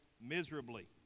miserably